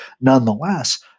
nonetheless